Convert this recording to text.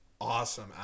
awesome